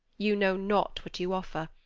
you know not what you offer.